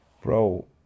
bro